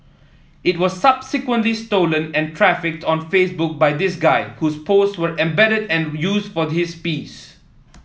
it was subsequently stolen and trafficked on Facebook by this guy whose posts we embedded and used for this piece